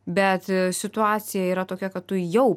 bet situacija yra tokia kad tu jau